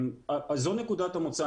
אז זו נקודת המוצא,